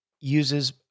uses